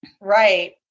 Right